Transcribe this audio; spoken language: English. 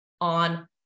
on